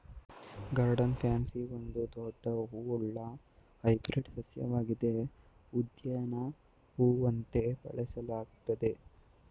garden pansy ಒಂದು ದೊಡ್ಡ ಹೂವುಳ್ಳ ಹೈಬ್ರಿಡ್ ಸಸ್ಯವಾಗಿದ್ದು ಉದ್ಯಾನ ಹೂವಂತೆ ಬೆಳೆಸಲಾಗ್ತದೆ